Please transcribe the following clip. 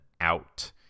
out